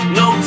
no